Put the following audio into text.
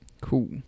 Cool